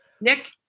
Nick